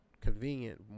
convenient